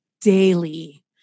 daily